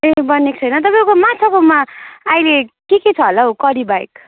ए बनिएको छैन तपाईँको माछाकोमा अहिले केके छ होला हौ करी बाहेक